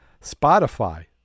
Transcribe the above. Spotify